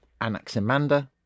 Anaximander